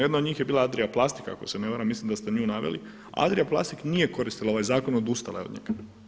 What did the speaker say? Jedna od njih je bila Adria plast ako se ne varam, mislim da ste nju naveli, Adria plast nije koristila ovaj zakon, odustala je od njega.